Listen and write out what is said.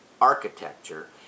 architecture